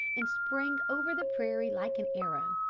and sprang over the prairie like an arrow.